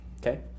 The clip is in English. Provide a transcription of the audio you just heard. Okay